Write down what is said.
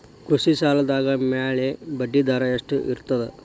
ಕೃಷಿ ಸಾಲದ ಮ್ಯಾಲೆ ಬಡ್ಡಿದರಾ ಎಷ್ಟ ಇರ್ತದ?